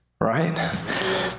right